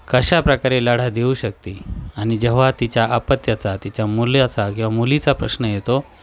कशाप्रकारे लढा देऊ शकते आणि जेव्हा तिच्या अपत्याचा तिच्या मुलाचा किंवा मुलीचा प्रश्न येतो